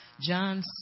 John